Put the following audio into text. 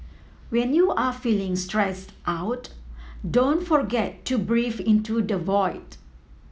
when you are feeling stressed out don't forget to breathe into the void